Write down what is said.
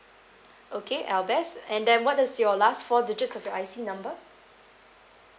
okay albest and then what is your last four digits of your I_C number